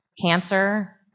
cancer